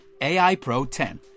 AIPRO10